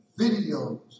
Videos